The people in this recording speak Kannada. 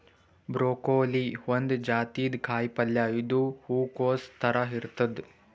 ಬ್ರೊಕೋಲಿ ಒಂದ್ ಜಾತಿದ್ ಕಾಯಿಪಲ್ಯ ಇದು ಹೂಕೊಸ್ ಥರ ಇರ್ತದ್